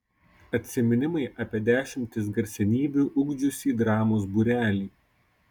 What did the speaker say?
atsiminimai apie dešimtis garsenybių ugdžiusį dramos būrelį